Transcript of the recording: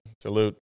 Salute